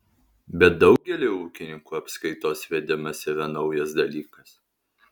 bet daugeliui ūkininkų apskaitos vedimas yra naujas dalykas